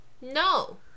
no